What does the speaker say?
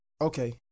Okay